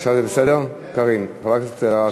אדוני השר, חברי חברי